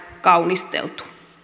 kaunisteltu